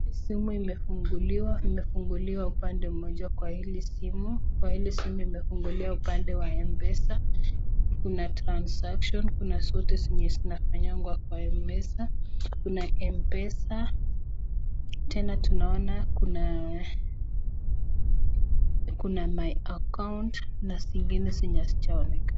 Hii simu imefunguliwa imefunguliwa upande mmoja kwa hili simu. Kwa hili simu imefunguliwa upande wa M-pesa. Kuna transaction , kuna zote zenye zinafanywanga kwa M-pesa, kuna M-pesa. Tena tunaona kuna kuna my account na zingine zenye hazijaonekana.